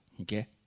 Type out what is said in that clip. Okay